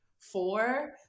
four